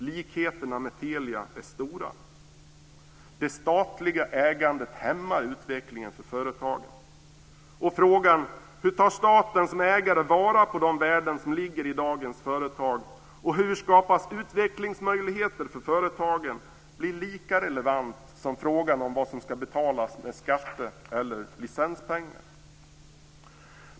Likheterna med Telia är stora. Det statliga ägandet hämmar utvecklingen för företagen. Frågorna "hur tar staten som ägare vara på de värden som ligger i dagens företag?" och "hur skapas utvecklingsmöjligheter för företagen?" blir lika relevanta som frågan om vad som ska betalas med skatteeller licenspengar.